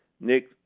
Nick